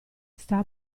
sta